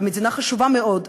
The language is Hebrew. ומדינה חשובה מאוד,